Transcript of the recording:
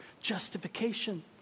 justification